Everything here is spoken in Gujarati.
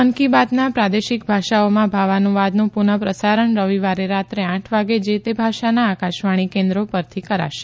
મન કી બાતના પ્રાદેશિક ભાષાઓમાં ભાવાનુવાદનું પુનઃ પ્રસારણ રવિવારે રાત્રે આઠ વાગે જે તે ભાષાના આકાશવાણીના કેન્દ્રો પરથી કરાશે